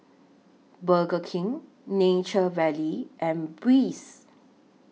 Burger King Nature Valley and Breezer